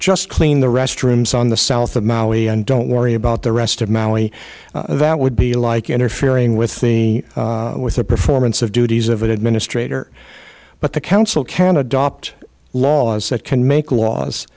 just clean the restrooms on the south of maui and don't worry about the rest of mali that would be like interfering with the with the performance of duties of an administrator but the council can adopt laws that can make laws